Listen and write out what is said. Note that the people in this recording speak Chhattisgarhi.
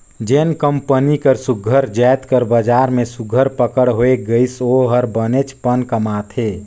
जेन कंपनी कर सुग्घर जाएत कर बजार में सुघर पकड़ होए गइस ओ हर बनेचपन कमाथे